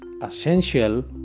essential